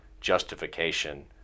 justification